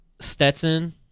Stetson